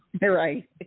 Right